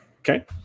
Okay